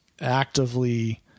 actively